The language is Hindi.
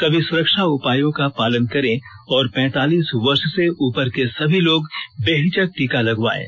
सभी सुरक्षा उपायों का पालन करें और पैंतालीस वर्ष से उपर के सभी लोग बेहिचक टीका लगवायें